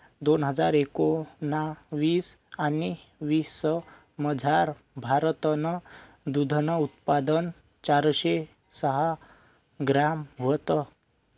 दोन हजार एकोणाविस आणि वीसमझार, भारतनं दूधनं उत्पादन चारशे सहा ग्रॅम व्हतं